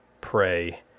pray